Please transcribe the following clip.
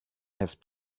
have